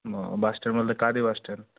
ব bus stand বলতে Kandi bus stand